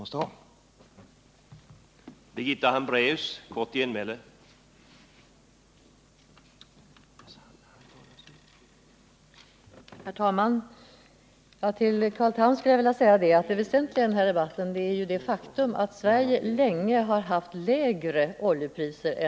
Men det kanske herr Tham kan bekräfta.